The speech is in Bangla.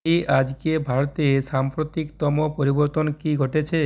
অলি আজকে ভারতে সাম্প্রতিকতম পরিবর্তন কি ঘটেছে